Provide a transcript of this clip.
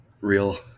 real